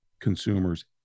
consumers